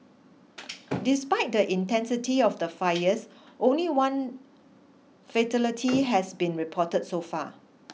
despite the intensity of the fires only one fatality has been reported so far